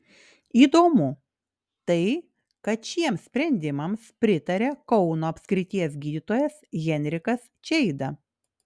įdomu tai kad šiems sprendimams pritaria kauno apskrities gydytojas henrikas čeida